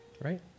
right